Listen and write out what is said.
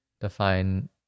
define